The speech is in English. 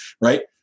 Right